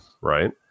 right